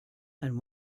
and